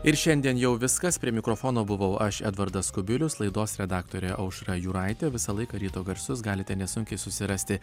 ir šiandien jau viskas prie mikrofono buvau aš edvardas kubilius laidos redaktorė aušra juraitė visą laiką ryto garsus galite nesunkiai susirasti